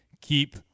keep